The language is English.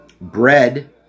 bread